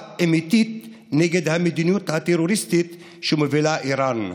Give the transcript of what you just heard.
אמיתית נגד המדיניות הטרוריסטית שמובילה איראן.